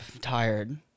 tired